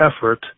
effort